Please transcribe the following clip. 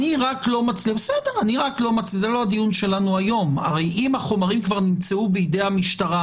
הרי אם החומרים כבר נמצאו בידי המשטרה